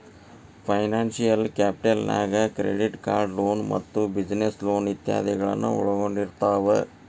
financial capital ನ್ಯಾಗ್ credit card loan ಮತ್ತ business loan ಇತಾದಿಗಳನ್ನ ಒಳ್ಗೊಂಡಿರ್ತಾವ